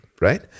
right